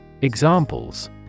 Examples